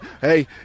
hey